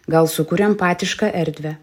gal sukuria empatišką erdvę